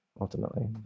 ultimately